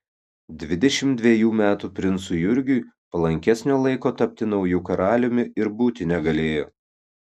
dvidešimt dvejų metų princui jurgiui palankesnio laiko tapti nauju karaliumi ir būti negalėjo